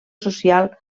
social